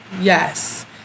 yes